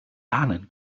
ahnen